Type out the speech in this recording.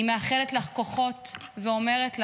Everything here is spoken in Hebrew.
אני מאחלת לך כוחות ואומרת לך: